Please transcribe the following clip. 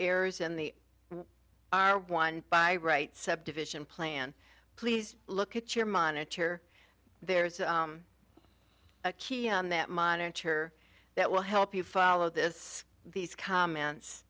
errors and the one by right subdivision plan please look at your monitor there's a key on that monitor that will help you follow this these comments